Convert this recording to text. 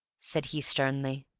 said he sternly.